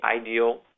ideal